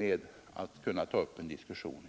Jag har en fråga att ställa till herr Gustafson